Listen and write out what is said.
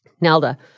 Nelda